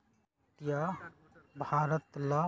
किसानवन के आत्महत्या भारत ला एक चुनौतीपूर्ण परिस्थिति हई